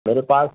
میرے پاس